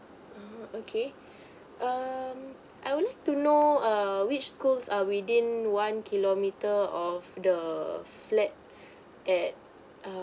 (uh huh) okay um I would like to know err which schools are within one kilometer of the flat that err